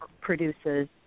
produces